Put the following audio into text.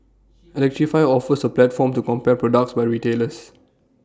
electrify offers A platform to compare products by retailers